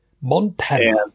Montana